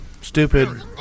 stupid